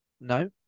no